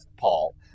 Paul